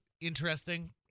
interesting